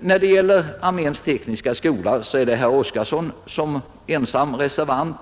När det gäller arméns tekniska skola är herr Oskarson ensam reservant,